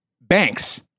banks